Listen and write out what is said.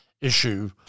issue